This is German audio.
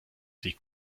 sie